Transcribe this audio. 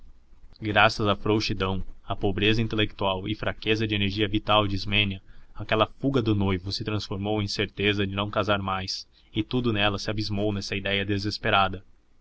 graças à frouxidão à pobreza intelectual e fraqueza de energia vital de ismênia aquela fuga do noivo se transformou em certeza de não casar mais e tudo nela se abismou nessa idéia desesperada